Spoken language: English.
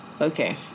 okay